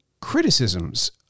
criticisms